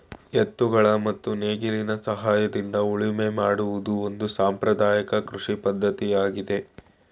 ಎತ್ತುಗಳ ಮತ್ತು ನೇಗಿಲಿನ ಸಹಾಯದಿಂದ ಉಳುಮೆ ಮಾಡುವುದು ಒಂದು ಸಾಂಪ್ರದಾಯಕ ಕೃಷಿ ಪದ್ಧತಿಯಾಗಿದೆ